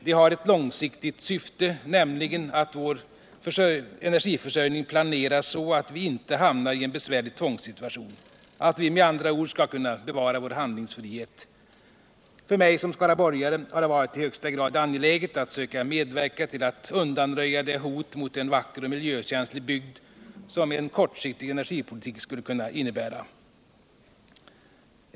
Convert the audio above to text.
De har ett långsiktigt syfte, nämligen att vår energiförsörjning planeras så, av vi inte hamnar i en besvärlig tvångssituation, alt vi med andra ord skall kunna bevara vår handlingsfrihet. För mig som skaraborgare har det varit i högsta grad angeliget att söka medverka till att undanröja det hot mot en vacker och ' miljökänslig bygd som en kortsiktig energipolitik skulle kunna innebära.